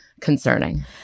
concerning